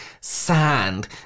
sand